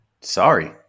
Sorry